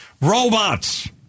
robots